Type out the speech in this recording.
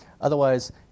otherwise